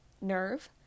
nerve